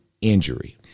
injury